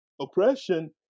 oppression